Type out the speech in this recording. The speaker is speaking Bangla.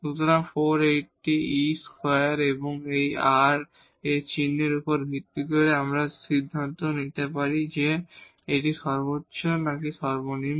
সুতরাং 480 e2 এবং এখন r এর এই চিহ্নের উপর ভিত্তি করে আমরা সিদ্ধান্ত নিতে পারি যে এটি সর্বোচ্চ বা সর্বনিম্ন